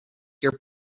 your